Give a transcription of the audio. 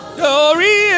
glory